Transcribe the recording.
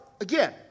again